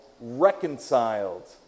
reconciled